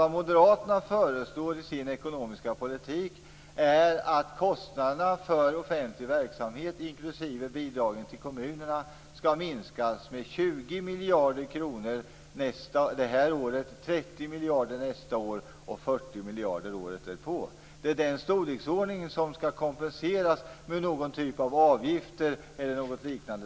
Vad Moderaterna föreslår i sin ekonomiska politik är att kostnaderna för offentlig verksamhet inklusive bidragen till kommunerna skall minskas med 20 miljarder kronor under detta år, 30 miljarder kronor nästa år och 40 miljarder kronor året därpå. Det är summor i den storleksordningen som skall kompenseras med någon typ av avgifter eller liknande.